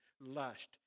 lust